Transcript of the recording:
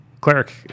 cleric